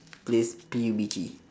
plays P_U_B_G